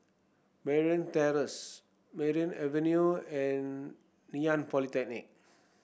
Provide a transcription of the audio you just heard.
Merryn Terrace Merryn Avenue and Ngee Ann Polytechnic